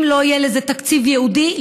אם לא יהיה לזה תקציב ייעודי,